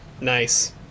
Nice